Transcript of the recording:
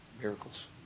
Miracles